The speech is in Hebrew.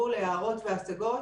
הועברו להערות ולהצגות.